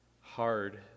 hard